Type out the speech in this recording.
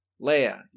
Leia